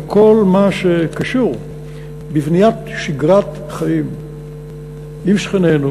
כל מה שקשור בבניית שגרת חיים עם שכנינו,